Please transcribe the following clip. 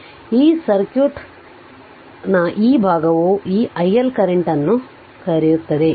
ಆದ್ದರಿಂದ ಈ ಸರ್ಕ್ಯೂಟ್ ಸರ್ಕ್ಯೂಟ್ನ ಈ ಭಾಗವು ಈ i L ಕರೆಂಟ್ ಅನ್ನು ಕರೆಯುತ್ತದೆ